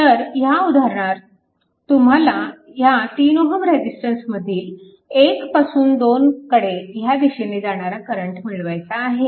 तर ह्या उदाहरणात तुम्हाला ह्या 3Ω रेजिस्टन्समधील 1 पासून 2 कडे ह्या दिशेने जाणारा करंट मिळवायचा आहे